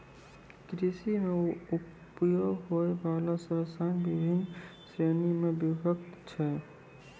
कृषि म उपयोग होय वाला रसायन बिभिन्न श्रेणी म विभक्त छै